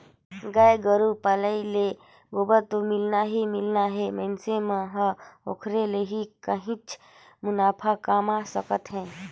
गाय गोरु के पलई ले गोबर तो मिलना ही मिलना हे मइनसे मन ह ओखरे ले ही काहेच मुनाफा कमा सकत हे